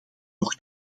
nog